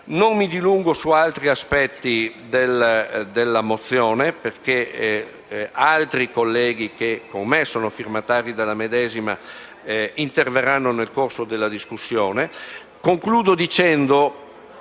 Non mi dilungo su altri aspetti della mozione perché altri colleghi, che con me sono firmatari della medesima, interverranno nel corso della discussione. Desidero infine